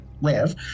live